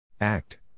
Act